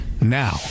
now